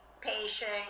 patient